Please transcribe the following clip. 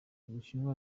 ubushinwa